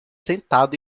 sentado